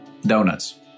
Donuts